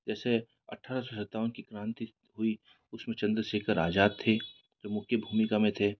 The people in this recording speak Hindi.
जैसे अठारह सौ सत्तावन की क्रांति हुई उसमें चंद्रशेखर आजाद थे जो मुख्य भूमिका में थे